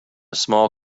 small